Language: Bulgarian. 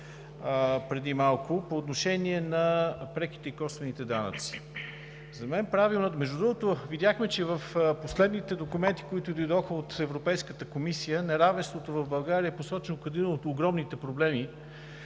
преди малко – по отношение на преките и косвените данъци. Между другото, видяхме, че в последните документи, които дойдоха от Европейската комисия, неравенството в България е посочено като един от огромните проблеми